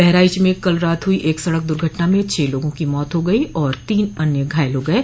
बहराइच में कल रात हुई एक सड़क दुर्घटना में छह लोगों की मौत हो गई और तीन अन्य घायल हो गये